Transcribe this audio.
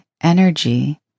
energy